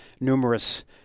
numerous